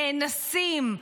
נאנסים,